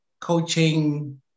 coaching